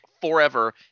forever